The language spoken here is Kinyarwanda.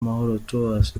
tours